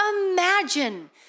imagine